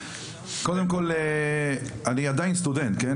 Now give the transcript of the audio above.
קודם כל אני עדיין סטודנט,